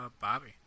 bobby